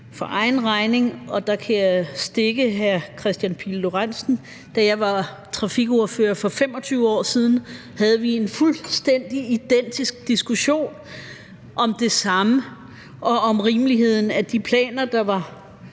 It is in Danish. for egen regning – og der kan jeg stikke hr. Kristian Pihl Lorentzen – sige, at da jeg var trafikordfører for 25 år siden, havde vi en fuldstændig identisk diskussion om det samme og om rimeligheden af de planer, der var